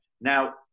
now